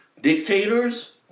Dictators